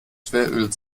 schweröl